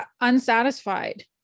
unsatisfied